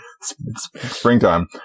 Springtime